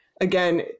again